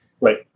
Right